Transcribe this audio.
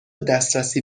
دسترسی